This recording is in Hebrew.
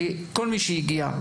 לכל מי שהגיע,